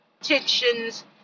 tensions